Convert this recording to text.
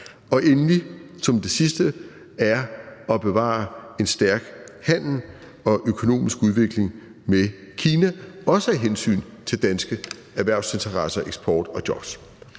Endelig, som det sidste, er det at bevare en stærk handel og økonomisk udvikling med Kina, også af hensyn til danske erhvervsinteresser, eksport og jobs.